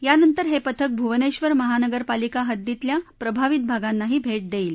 यानंतर हे पथक भुवनेक्षर महानगरपालिका हद्दीतल्या प्रभावित भागांनाही भेट देईल